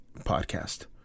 podcast